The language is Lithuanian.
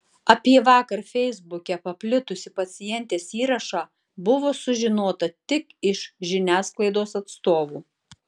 apie vakar feisbuke paplitusį pacientės įrašą buvo sužinota tik iš žiniasklaidos atstovų